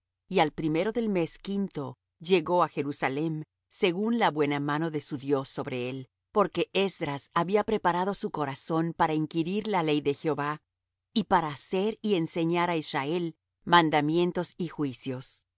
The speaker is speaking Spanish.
y al primero del mes quinto llegó á jerusalem según la buena mano de su dios sobre él porque esdras había preparado su corazón para inquirir la ley de jehová y para hacer y enseñar á israel mandamientos y juicios